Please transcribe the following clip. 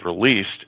released